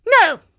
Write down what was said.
No